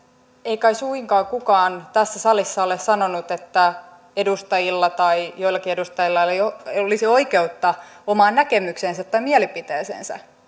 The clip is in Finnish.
ei kai suinkaan kukaan tässä salissa ole sanonut että edustajilla tai joillakin edustajilla ei olisi oikeutta omaan näkemykseensä tai mielipiteeseensä